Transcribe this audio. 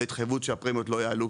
בהתחייבות שהפרמיות לא יעלו,